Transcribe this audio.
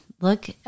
look